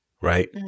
right